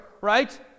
right